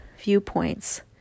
viewpoints